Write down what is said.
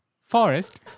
Forest